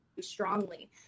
strongly